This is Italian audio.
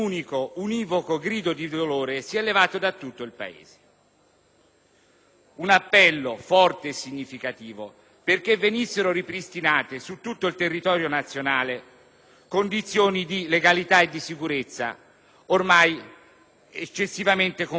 un appello forte e significativo, perché venissero ripristinate su tutto il territorio nazionale condizioni di legalità e di sicurezza ormai eccessivamente compromesse e tali da avere determinato una condizione non più tollerabile.